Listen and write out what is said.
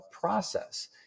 process